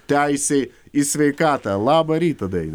teisei į sveikatą labą rytą dainiau